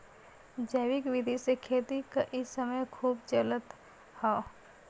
जैविक विधि से खेती क इ समय खूब चलत हौ